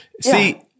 See